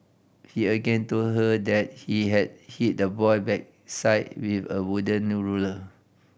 he again told her that he had hit the boy backside with a wooden ruler